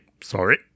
Sorry